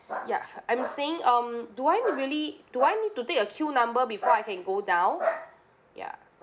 ya I'm saying um do I really do I need to take a queue number before I can go down ya